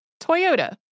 Toyota